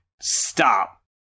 stop